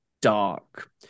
dark